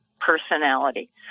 personality